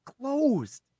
closed